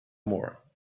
more